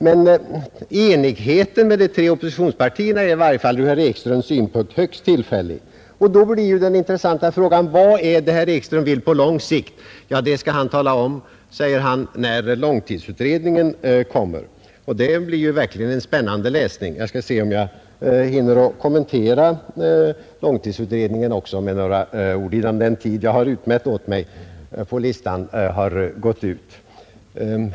Men enigheten med de tre oppositionspartierna är i varje fall från herr Ekströms synpunkt högst tillfällig, och då blir den intressanta frågan: Vad är det herr Ekström vill på lång sikt? Ja, det skall han tala om, säger han, när långtidsutredningen framläggs. Det skall verkligen bli en spännande läsning. Jag skall se om jag hinner att med några ord kommentera också långtidsutredningen innan den tid jag har utmätt åt mig på listan har gått ut.